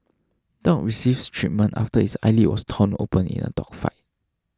dog receives treatment after its eyelid was torn open in a dog fight